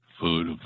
Food